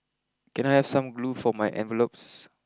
can I have some glue for my envelopes